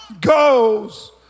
goes